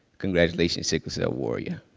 congratulations, sickle cell warrior.